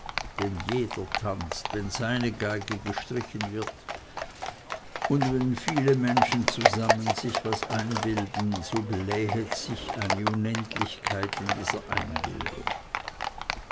denn jeder tanzt wenn seine geige gestrichen wird und wenn viele menschen zusammen sich was einbilden so blähet sich eine unendlichkeit in dieser einbildung